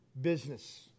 business